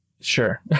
Sure